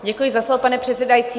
Děkuji za slovo, pane předsedající.